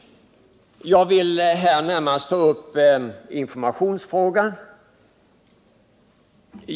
Jag vill här närmast ta upp informationsfrågan.